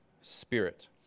spirit